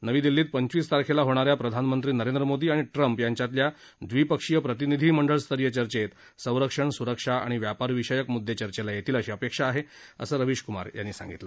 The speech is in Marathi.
नवी दिल्लीत पंचवीस तारखेला होणाऱ्या प्रधानमंत्री नरेंद्र मोदी आणि ट्रम्प यांच्यातत्या द्विपक्षीय प्रतिनिधी मंडळस्तरीय चर्चेत संरक्षण स्रक्षा आणि व्यापारविषयक म्ददे चर्चेला येतील अशी अपेक्षा आहे असं रविष कुमार यांनी सांगितलं